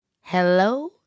Hello